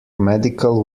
medical